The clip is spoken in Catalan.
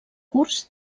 curs